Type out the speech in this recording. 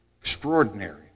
Extraordinary